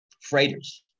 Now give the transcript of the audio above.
freighters